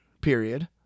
period